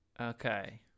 Okay